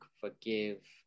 forgive